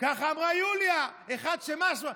ככה אמרה יוליה אחד, מה-שמו.